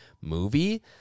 movie